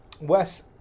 Wes